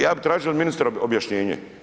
Ja bih tražio od ministra objašnjenje.